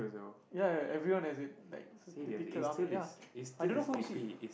ya ya everyone has it like typical army ya I don't know who is he